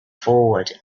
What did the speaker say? forward